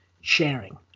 sharing